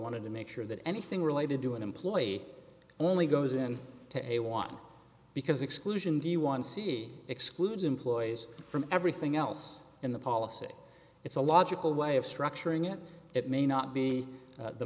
wanted to make sure that anything related to an employee only goes in to a want because exclusion d one c excludes employees from everything else in the policy it's a logical way of structuring it it may not be the